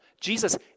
Jesus